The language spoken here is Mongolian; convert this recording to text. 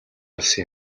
олсон